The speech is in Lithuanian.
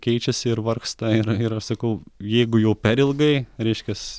keičiasi ir vargsta ir ir aš sakau jeigu jau per ilgai reiškias